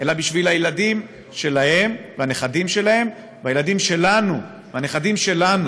אלא בשביל הילדים שלהם והנכדים שלהם והילדים שלנו והנכדים שלנו,